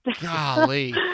golly